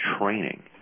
training